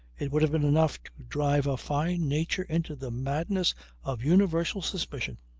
it would have been enough to drive a fine nature into the madness of universal suspicion